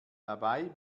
dabei